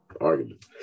argument